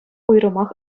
уйрӑмах